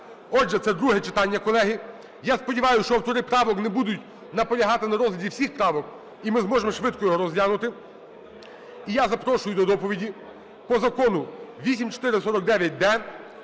Отже, це друге читання, колеги. Я сподіваюсь, що автори правок не будуть наполягати на розгляді всіх правок і ми зможемо швидко його розглянути. І я запрошую до доповіді по закону 8449-д